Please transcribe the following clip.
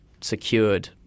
secured